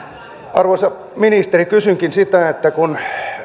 arvoisa ministeri kysynkin kun